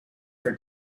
for